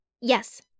Yes